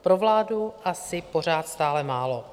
Pro vládu asi pořád stále málo.